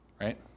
Right